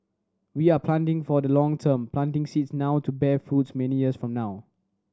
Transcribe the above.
we are planting for the long term planting seeds now to bear fruits many years from now